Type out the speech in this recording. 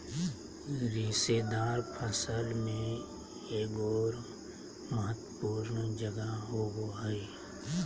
रेशेदार फसल में एगोर महत्वपूर्ण जगह होबो हइ